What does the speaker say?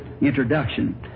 introduction